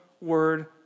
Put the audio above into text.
word